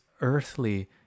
earthly